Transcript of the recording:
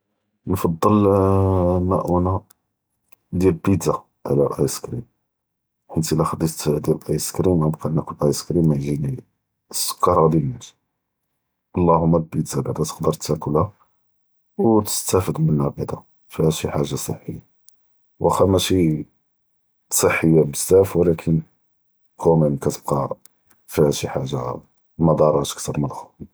נפדל אלמעונה, נדיר אלביטזא עלא אלאיס كريم, חית נטִי לא ח’דית דיאל אלאיס كريم ע’אנבקא נאכל אאיס كريم ע’י ג’יני אלסכר ראדי נמوت, אללהומא אלביטזא בעדא תקדר תאכלהא ו תסתאפד מנהא בעדא פיהא שי חאגאת צחיין, ואכ’א מאשי צחיה בזאף ולאכן כו מאם כתבקא פיהא שי חאגה מצ..